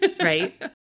right